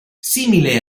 simile